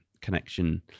connection